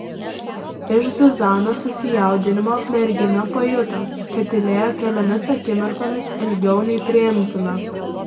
iš zuzanos susijaudinimo mergina pajuto kad tylėjo keliomis akimirkomis ilgiau nei priimtina